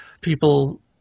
people